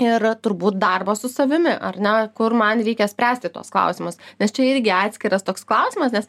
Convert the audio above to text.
ir turbūt darbas su savimi ar ne kur man reikia spręsti tuos klausimus nes čia irgi atskiras toks klausimas nes